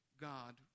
God